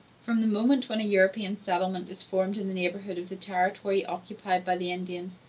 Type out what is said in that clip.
from the moment when a european settlement is formed in the neighborhood of the territory occupied by the indians,